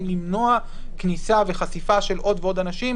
למנוע כניסה וחשיפה של עוד ועוד אנשים,